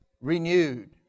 renewed